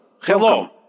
hello